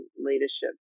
leadership